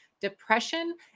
depression